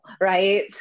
right